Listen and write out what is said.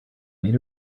made